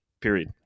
period